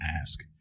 ask